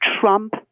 Trump